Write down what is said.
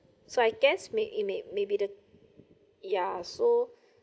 so I guess may it may maybe the ya so